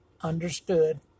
understood